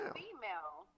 female